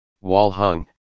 wall-hung